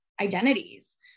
identities